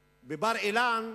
בבר-אילן,